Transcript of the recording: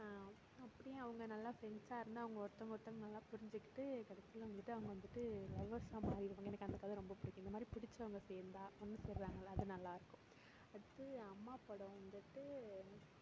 அப்பவும் அவங்க நல்லா ஃப்ரெண்ட்ஸாக இருந்து அவங்க ஒருத்தங்க ஒருத்தங்க நல்லா புரிஞ்சிக்கிட்டு கடைசியில் அவங்ககிட்ட அவங்க வந்துட்டு லவ்வர்ஸாக மாறிவிடுவாங்க எனக்கு அந்த கதை ரொம்ப பிடிக்கும் இந்த மாதிரி பிடிச்சவங்க சேர்ந்தா ஒன்று சேர்றாங்கள்ல அது நல்லாருக்கும் அடுத்தது அம்மா படம் வந்துட்டு